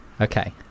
Okay